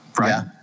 right